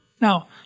Now